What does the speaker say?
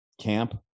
camp